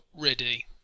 ready